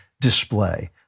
display